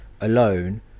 alone